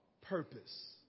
purpose